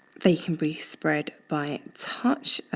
they can be spread by touch,